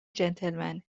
جنتلمنه